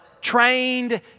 trained